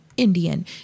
Indian